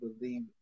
believe